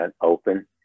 open